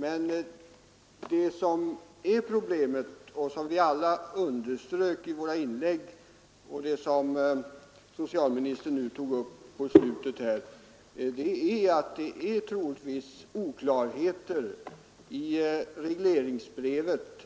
Men det som är problemet — som vi alla underströk i våra inlägg och som socialministern tog upp i slutet av sitt anförande — är att det troligtvis finns oklarheter i regleringsbrevet